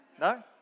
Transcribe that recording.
No